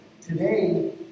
Today